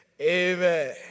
Amen